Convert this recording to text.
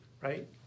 right